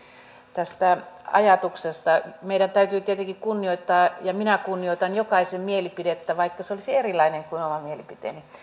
tästä ajatuksesta meidän täytyy tietenkin kunnioittaa ja minä kunnioitan jokaisen mielipidettä vaikka se olisi erilainen kuin oma mielipiteeni